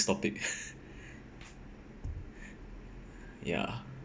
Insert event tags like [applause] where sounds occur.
topic [laughs] ya